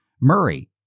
Murray